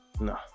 no